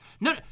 No